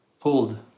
pulled